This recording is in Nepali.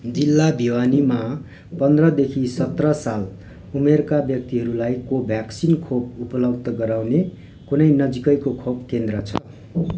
जिल्ला भिवानीमा पन्ध्रदेखि सत्र साल उमेरका व्यक्तिहरूलाई कोभ्याक्सिन खोप उपलब्ध गराउने कुनै नजिकैको खोप केन्द्र छ